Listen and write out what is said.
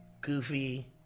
Goofy